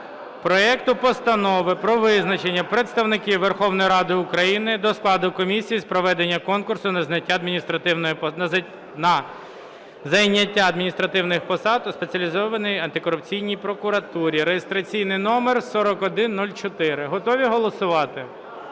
проекту Постанови про визначення представників Верховної Ради України до складу комісії з проведення конкурсу на зайняття адміністративних посад у Спеціалізованій антикорупційній прокуратурі (реєстраційний номер 4104). Готові голосувати?